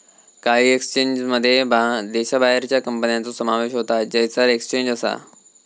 काही एक्सचेंजमध्ये देशाबाहेरच्या कंपन्यांचो समावेश होता जयसर एक्सचेंज असा